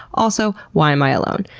also, why am i alone?